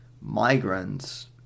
migrants